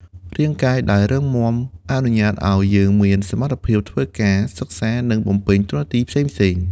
រាងកាយដែលរឹងមាំអនុញ្ញាតឱ្យយើងមានសមត្ថភាពធ្វើការ សិក្សា និងបំពេញតួនាទីផ្សេងៗ។